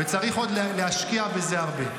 צריך עוד להשקיע בזה הרבה.